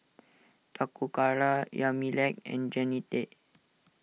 Toccara Yamilex and Jennette